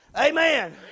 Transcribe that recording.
Amen